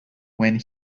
when